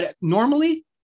Normally